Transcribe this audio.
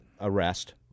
arrest